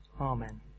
Amen